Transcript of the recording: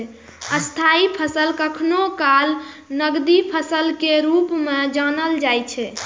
स्थायी फसल कखनो काल नकदी फसल के रूप मे जानल जाइ छै